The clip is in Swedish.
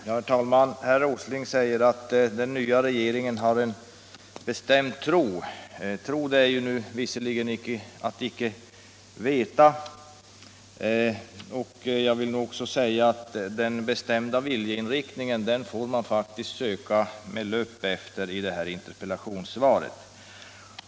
Herr talman! Herr Åsling säger att den nya regeringen har en bestämd tro. Tro är visserligen att icke veta, och man får faktiskt söka med lupp i det här interpellationssvaret efter den bestämda viljeinriktningen.